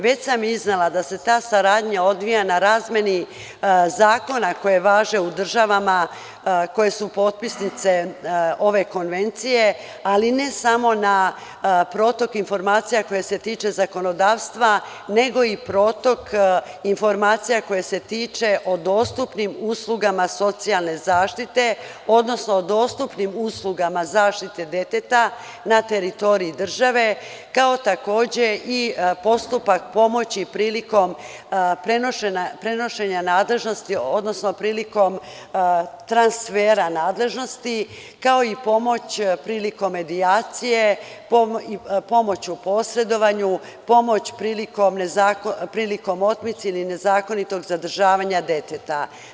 Već sam iznela da se ta saradnja odvija na razmeni zakona koji važe u državama koje su potpisnice ove konvencije, ali ne samo na protok informacija koje se tiču zakonodavstva nego i protok informacija koje se tiču dostupnosti usluga socijalne zaštite, odnosno o dostupnim uslugama zaštite deteta na teritoriji države kao takođe i postupak pomoći prilikom prenošenja nadležnosti, odnosno prilikom transfera nadležnosti kao i pomoć prilikom medijacije, pomoć u posedovanju, pomoć prilikom otmice ili nezakonitog zadržavanja deteta.